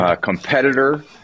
competitor